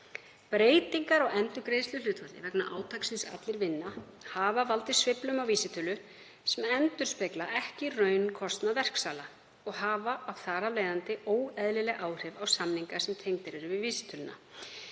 breytingar á endurgreiðsluhlutfalli vegna átaksins Allir vinna valdi sveiflum á vísitölunni sem endurspegli ekki raunkostnað verksala og hafi þar af leiðandi óeðlileg áhrif á samninga sem eru tengdir við vísitöluna.